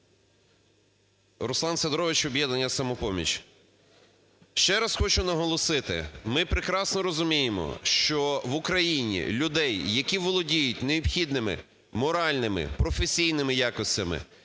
Руслан Сидорович, "Об'єднання "Самопоміч". Ще раз хочу наголосити, ми прекрасно розуміємо, що в Україні людей, які володіють необхідними моральними, професійними якостями